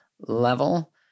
level